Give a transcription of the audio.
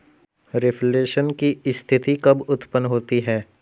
Reflation की स्थिति कब उत्पन्न होती है?